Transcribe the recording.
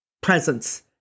presence